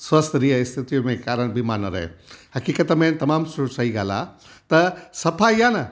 स्वस्थकारी स्थिती में बीमार न रहें हक़ीकत में तमामु सही ॻाल्हि आहे त सफ़ाई आहे न